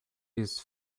his